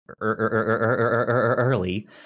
early